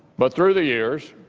but through the years,